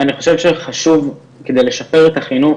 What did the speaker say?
אני חשוב שחשוב כדי לשפר את החינוך,